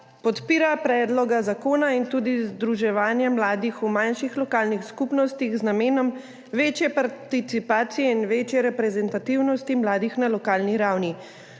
podpira predlog zakona in tudi združevanje mladih v manjših lokalnih skupnostih z namenom večje participacije in večje reprezentativnosti mladih na lokalni ravni.